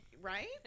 Right